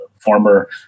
former